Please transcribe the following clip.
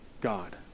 God